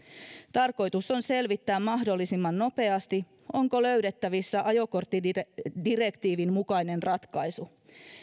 tarkoitus on selvittää mahdollisimman nopeasti onko löydettävissä ajokorttidirektiivin mukainen ratkaisu